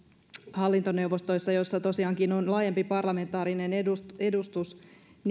hallintoneuvostoissa joissa tosiaankin on laajempi parlamentaarinen edustus edustus